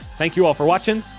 thank you all for watching,